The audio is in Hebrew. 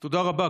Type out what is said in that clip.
תודה רבה.